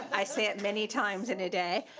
i say it many times in a day.